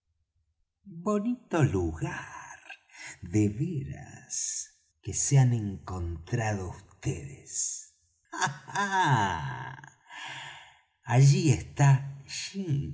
bonito lugar de veras que se han encontrado vds ah allí está